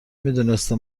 میدونسته